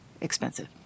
expensive